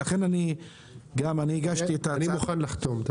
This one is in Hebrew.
אני מוכן לחתום.